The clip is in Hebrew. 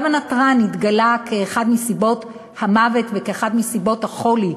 גם הנתרן התגלה כאחד מסיבות המוות וכאחד מסיבות החולי,